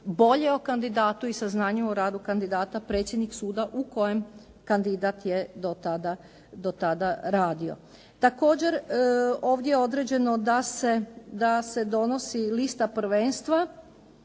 bolje o kandidati i saznanje o radu kandidata predsjednik suda u kojem kandidat je do tada radio. Također, ovdje je određeno da se donosi lista prvenstva